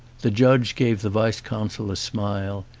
the judge gave the vice-consul a smile,